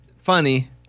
Funny